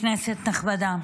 כנסת נכבדה,